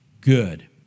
good